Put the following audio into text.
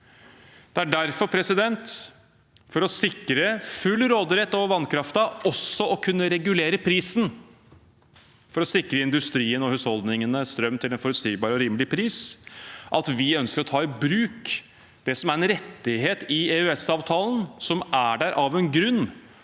Det er for å sikre full råderett over vannkraften – og for å kunne regulere prisen og sikre industrien og husholdningene strøm til en forutsigbar og rimelig pris – at vi ønsker å ta i bruk det som er en rettighet i EØS-avtalen, som er der av en grunn,